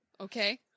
Okay